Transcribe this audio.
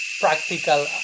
practical